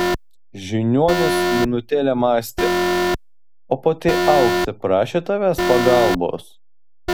žiniuonis minutėlę mąstė o pati auksė prašė tavęs pagalbos